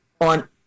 on